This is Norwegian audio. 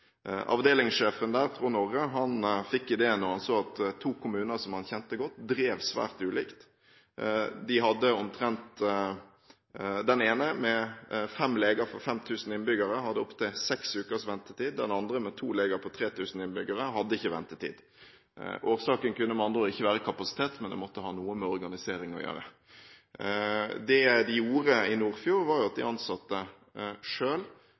Avdelingssjefen der, Trond Orre, fikk ideen da han så at to kommuner som han kjente godt, drev svært ulikt. Den ene – med fem leger for 5 000 innbyggere – hadde opptil seks ukers ventetid, den andre – med to leger på 3 000 innbyggere – hadde ikke ventetid. Årsaken kunne med andre ord ikke være kapasitet, men det måtte ha noe med organiseringen å gjøre. Det de gjorde i Nordfjord, var at de ansatte selv satte